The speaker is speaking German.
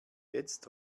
jetzt